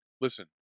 Listen